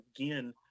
again